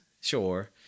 Sure